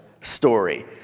story